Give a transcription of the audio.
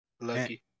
Lucky